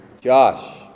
Josh